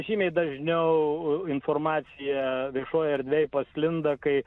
žymiai dažniau informacija viešojoj erdvėj pasklinda kai